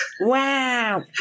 Wow